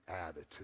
attitude